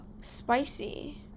spicy